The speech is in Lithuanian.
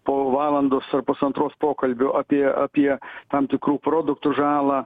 po valandos ar pusantros pokalbių apie apie tam tikrų produktų žalą